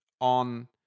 on